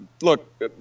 look